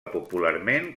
popularment